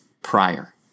prior